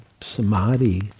Samadhi